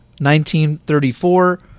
1934